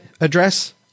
address